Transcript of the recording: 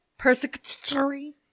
Persecutory